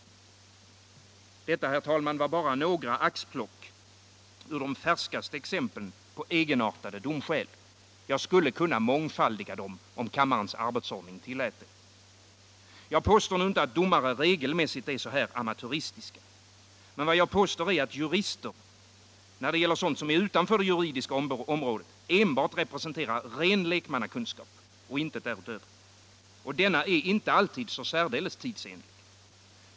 Detta, herr talman, var bara några axplock ur de färskaste exemplen på egenartade domskäl. De kunde mångfaldigas om kammarens arbetsordning tillät det. Jag påstår inte att domare regelmässigt är så här amatöristiska. Men jag påstår att jurister när det gäller sådant som ligger utanför det juridiska området enbart representerar ren lekmannakunskap och intet därutöver. Och denna kunskap är inte alltid särdeles tidsenlig.